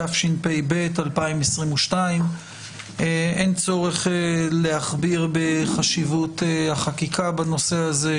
התשפ"ב 2022. אין צורך להכביר בחשיבות החקיקה בנושא הזה,